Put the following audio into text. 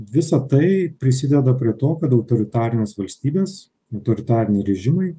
visa tai prisideda prie to kad autoritarinės valstybės autoritariniai režimai